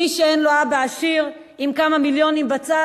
מי שאין לו אבא עשיר עם כמה מיליונים בצד,